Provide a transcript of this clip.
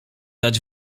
dać